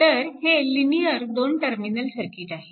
तर हे linear 2 terminal circuit आहे